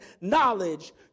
knowledge